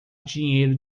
dinheiro